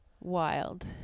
Wild